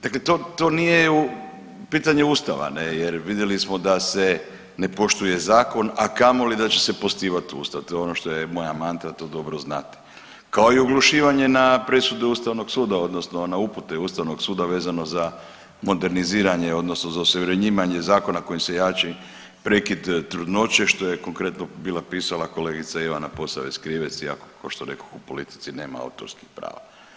Dakle to, to nije u pitanju ustava ne jer vidjeli smo da se ne poštuje zakon, a kamoli da će se poštivat ustav, to je ono što je moja mantra, to dobro znate, kao i oglušivanje na presudu ustavnog suda odnosno na upute ustavnog suda vezano za moderniziranje odnosno za osuvremenjivanje zakona kojim se jamči prekid trudnoće što je konkretno bila pisala kolegica Ivana Posavec Krivec, iako košto rekoh u politici nema autorskih prava.